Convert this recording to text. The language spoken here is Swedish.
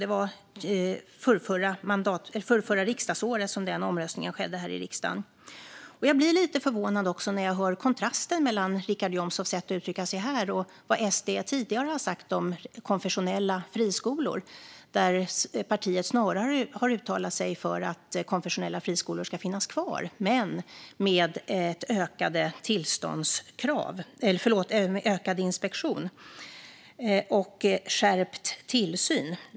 Det var förrförra riksdagsåret som den omröstningen skedde här i riksdagen. Jag blir lite förvånad också när jag hör kontrasten mellan Richard Jomshofs sätt att uttrycka sig här och vad SD tidigare har sagt om konfessionella friskolor. Där har partiet snarare uttalat sig för att konfessionella friskolor ska finnas kvar men med ökad inspektion och skärpt tillsyn.